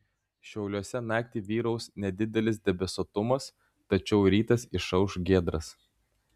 šiauliuose naktį vyraus nedidelis debesuotumas tačiau rytas išauš giedras